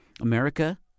America